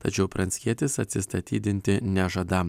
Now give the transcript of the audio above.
tačiau pranckietis atsistatydinti nežada